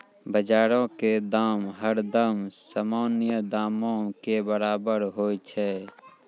बजारो के दाम हरदम सामान्य दामो के बराबरे होय छै